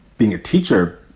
being a teacher,